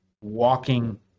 walking